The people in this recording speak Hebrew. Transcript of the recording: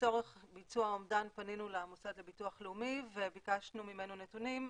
לצורך ביצוע האומדן פנינו למוסד לביטוח לאומי וביקשנו ממנו נתונים,